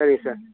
சரிங்க சார்